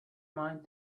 mind